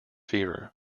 fever